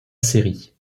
série